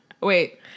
Wait